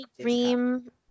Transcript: dream